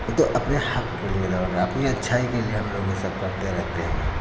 वो तो अपने हक़ के लिए दौड़ोगे अपने अच्छाई के लिए हम लोग ये सब करते रहते हैं